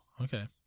okay